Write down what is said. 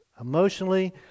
emotionally